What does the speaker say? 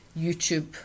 YouTube